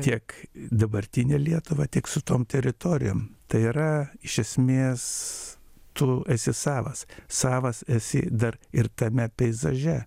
tiek dabartinę lietuvą tiek su tom teritorijom tai yra iš esmės tu esi savas savas esi dar ir tame peizaže